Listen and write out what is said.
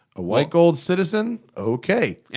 a white gold citizen? okay! yeah